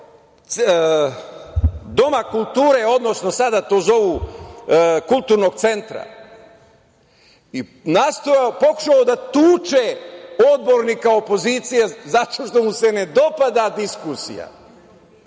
Doma kulture, odnosno sada to zovu Kulturnog centra, i nastojao, pokušao da tuče odbornika opozicije zato što mu se ne dopada diskusija.